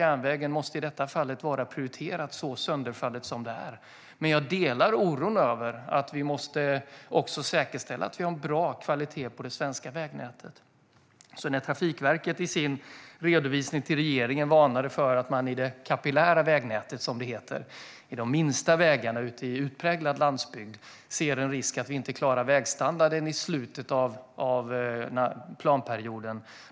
Järnvägsnätet måste i detta fall prioriteras då det är så sönderfallet. Men jag delar oron över att vi också måste säkerställa att vi har en bra kvalitet på det svenska vägnätet. Trafikverket varnade i sin redovisning till regeringen för att det fanns en risk för att man i slutet av planperioden inte skulle klara av att hålla vägstandarden i det kapillära vägnätet - de minsta vägarna ute i utpräglad landsbygd.